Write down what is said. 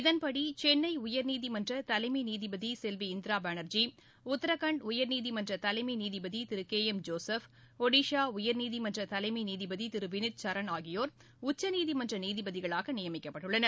இதன்படி சென்னை உயர்நீதிமன்ற தலைமை நீதிபதி செல்வி இந்திரா பானா்ஜி உத்ரகாண்ட் உயா்நீதிமன்ற தலைமை நீதிபதி திரு கே எம் ஜோசப் ஒடிஷா உயா்நீதிமன்ற தலைமை நீதிபதி திரு வினித் சரண் ஆகியோா் உச்சநீதிமன்ற நீதிபதிகளாக நியமிக்கப்பட்டுள்ளனர்